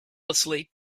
asleep